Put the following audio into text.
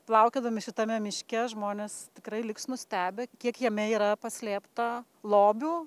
plaukiodami šitame miške žmonės tikrai liks nustebę kiek jame yra paslėpta lobių